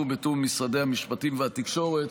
בתיאום עם משרדי המשפטים והתקשורת,